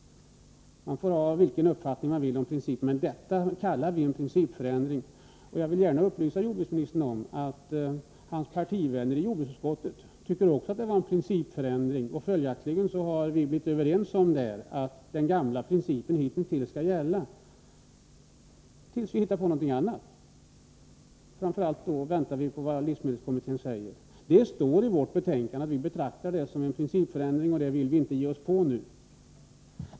Det kallar vi en principförändring. Jag vill gärna upplysa jordbruksministern om att också hans partivänner i jordbruksutskottet tycker att det är en principförändring. Följaktligen har vi där blivit överens om att den gamla principen skall gälla tills vi hittar på någonting annat. Framför allt väntar vi på vad livsmedelskommittén skall säga. Detta står i vårt betänkande. Vi betraktar förslaget såsom en principförändring, och en sådan vill vi inte ge oss på nu.